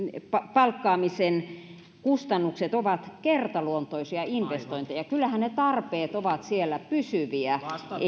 palkkaamisen kustannukset ovat kertaluontoisia investointeja kyllähän ne tarpeet ovat siellä pysyviä